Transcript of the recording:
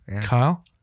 Kyle